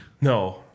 No